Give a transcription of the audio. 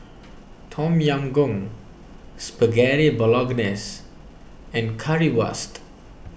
Tom Yam Goong Spaghetti Bolognese and Currywurst